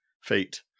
fate